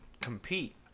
compete